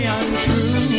untrue